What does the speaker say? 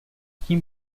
tím